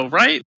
right